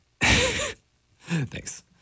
Thanks